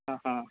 ಹಾಂ ಹಾಂ